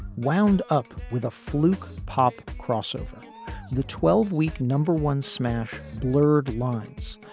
wound up with a fluke pop crossover the twelve week number one smash. blurred lines,